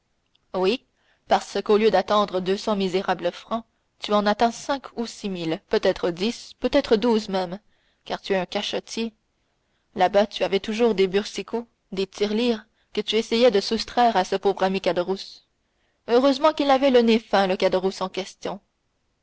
pas oui parce qu'au lieu d'attendre deux cents misérables francs tu en attends cinq ou six mille peut-être dix peut-être douze même car tu es un cachottier là-bas tu avais toujours des boursicots des tirelires que tu essayais de soustraire à ce pauvre ami caderousse heureusement qu'il avait le nez fin l'ami